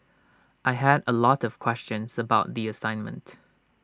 I had A lot of questions about the assignment